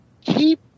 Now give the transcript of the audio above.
Keep